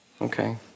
Okay